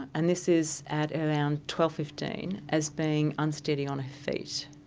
and this is at around twelve fifteen, as being unsteady on her feet.